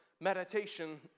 meditation